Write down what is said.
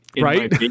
right